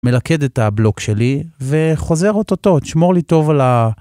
מלכד את הבלוק שלי, וחוזר אוטוטו, תשמור לי טוב על ה...